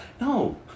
No